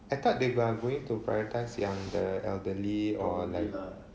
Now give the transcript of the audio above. I thought they are going to prioritise yang the elderly or like